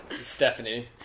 Stephanie